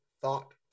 Thought